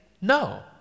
No